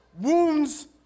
Wounds